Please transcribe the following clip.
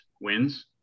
wins